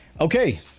okay